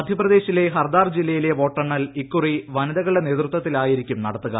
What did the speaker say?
മധ്യപ്രദേശിലെ ഹർദാർ ജില്ലയിലെ വോട്ടെണ്ണൽ ഇക്കുറി വനിതകളുടെ നേതൃത്വത്തിലായിരിക്കും നടത്തുക